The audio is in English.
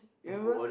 remember